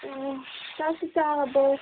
ꯆꯥꯛꯇꯤ ꯆꯥꯔꯕꯣ